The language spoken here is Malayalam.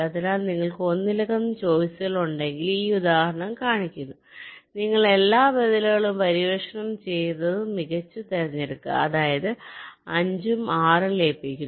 അതിനാൽ നിങ്ങൾക്ക് ഒന്നിലധികം ചോയ്സുകളുണ്ടെങ്കിൽ ഈ ഉദാഹരണം കാണിക്കുന്നു നിങ്ങൾ എല്ലാ ബദലുകളും പര്യവേക്ഷണം ചെയ്ത് മികച്ചത് തിരഞ്ഞെടുക്കുക അതായത് 5 ഉം 6 ഉം ലയിപ്പിക്കുന്നു